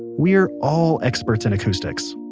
we're all experts in acoustics,